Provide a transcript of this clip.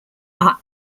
are